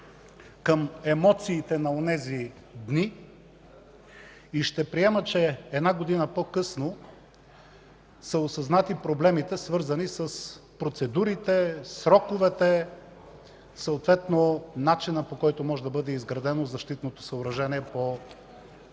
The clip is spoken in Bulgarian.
към емоциите на онези дни и ще приема, че една година по-късно са осъзнати проблемите, свързани с процедурите, сроковете, съответно начина, по който може да бъде изградено защитното съоръжение по границата.